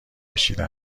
کشیده